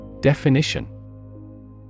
Definition